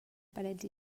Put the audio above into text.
parets